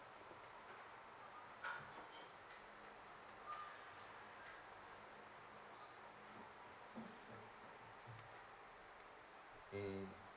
mm